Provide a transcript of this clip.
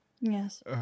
Yes